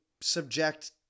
subject